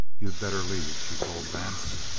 you'd better leave, she told vance.